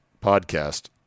podcast